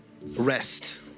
rest